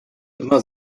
immer